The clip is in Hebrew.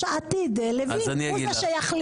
שהיושב-ראש העתידי, לוין, הוא זה שיחליט.